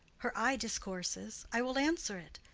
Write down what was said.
her eye discourses i will answer it.